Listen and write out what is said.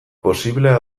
posiblea